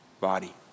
body